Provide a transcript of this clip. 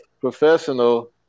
professional